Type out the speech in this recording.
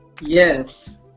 yes